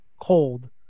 cold